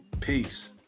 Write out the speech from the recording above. peace